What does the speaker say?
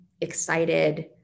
excited